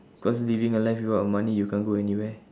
cause living a life without money you can't go anywhere